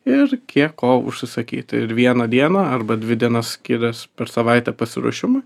ir kiek ko užsisakyti ir vieną dieną arba dvi dienas kelias per savaitę pasiruošimui